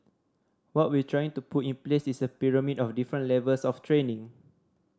what we're trying to put in place is a pyramid of different levels of training